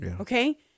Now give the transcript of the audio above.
okay